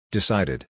Decided